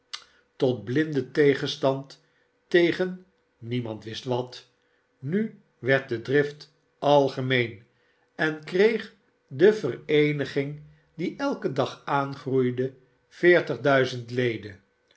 tot blinden tegenstand tegen niemand wist wat nu werd de drift algemeen en kreeg de vereeniging die elken dag aangroeide veertig duizend leden